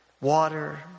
water